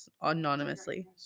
anonymously